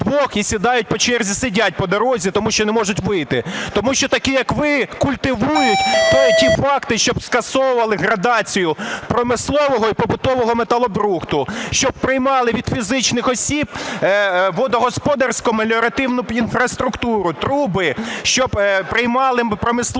вдвох, і сідають, по черзі сидять по дорозі, тому що не можуть вийти. Тому що такі, як ви, культивують ті факти, щоб скасовували градацію промислового і побутового металобрухту, щоб приймали від фізичних осіб водогосподарську меліоративну інфраструктуру, труби, щоб приймали промислові